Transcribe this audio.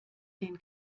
den